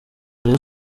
rayon